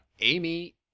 Amy